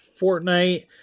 Fortnite